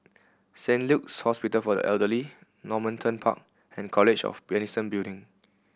Saint Luke's Hospital for the Elderly Normanton Park and College of Medicine Building